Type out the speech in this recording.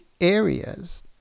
areas